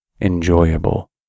Enjoyable